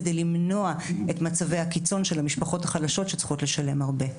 כדי למנוע את מצבי הקיצון של המשפחות החלשות שצריכות לשלם הרבה.